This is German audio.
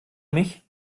mich